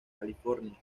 california